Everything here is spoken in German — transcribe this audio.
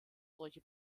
solche